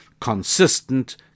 consistent